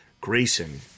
Grayson